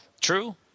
True